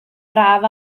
braf